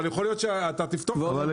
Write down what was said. יכול להיות שתפתור את זה.